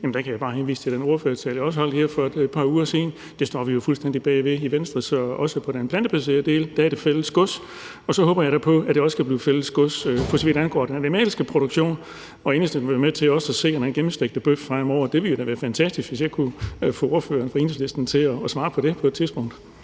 kan jeg bare henvise til den ordførertale, jeg også holdt her for et par uger siden. Det står vi jo fuldstændig bag i Venstre. Så også på den plantebaserede del er det fælles gods. Og jeg håber da på, at det også kan blive fælles gods, for så vidt angår den animalske produktion, og at Enhedslisten vil være med til også at se på den gennemstegte bøf fremover. Det ville da være fantastisk, hvis jeg kunne få ordføreren fra Enhedslisten til at svare på det på et tidspunkt.